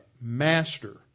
master